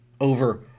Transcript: over